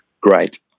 great